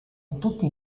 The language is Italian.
tutti